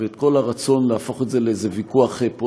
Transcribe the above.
ואת כל הרצון להפוך את זה לוויכוח פוליטי,